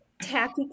tacky